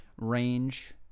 range